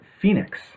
Phoenix